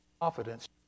confidence